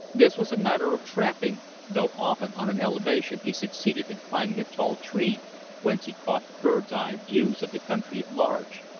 this was a matter of tramping though often on an elevation he succeeded in climbing a tall tree whence he caught bird's-eye views of the country at large.